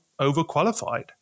overqualified